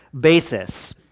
basis